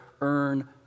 earn